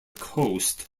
coast